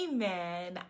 Amen